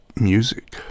music